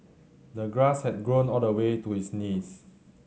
the grass had grown all the way to his knees